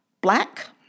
black